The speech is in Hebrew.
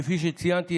כפי שציינתי,